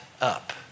up